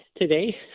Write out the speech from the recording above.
today